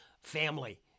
family